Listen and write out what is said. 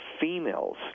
females